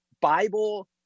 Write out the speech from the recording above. Bible